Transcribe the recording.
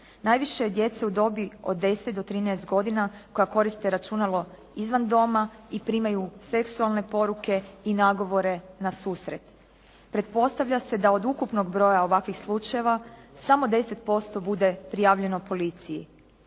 Najviše je djece u dobi od 10 do 13 godina koja koriste računalo izvan doma i primaju seksualne poruke i nagovore na susret. Pretpostavlja se da od ukupnog broja ovakvih slučajeva samo 10% bude prijavljeno policiji.